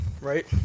right